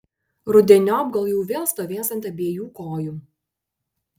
rudeniop gal jau vėl stovės ant abiejų kojų